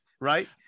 right